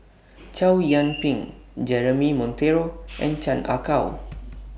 Chow Yian Ping Jeremy Monteiro and Chan Ah Kow